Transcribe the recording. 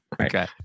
Okay